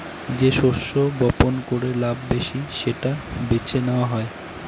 যে শস্য বপন করে লাভ বেশি সেটা বেছে নেওয়া হয়